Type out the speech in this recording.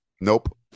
Nope